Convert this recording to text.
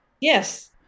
Yes